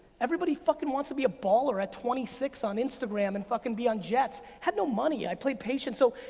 everybody fucking wants to be a baller at twenty six on instagram and fucking be on jets. had no money, i played patient. so,